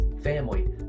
family